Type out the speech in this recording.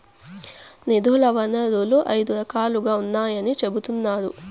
నిధుల వనరులు ఐదు రకాలుగా ఉన్నాయని చెబుతున్నారు